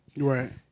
Right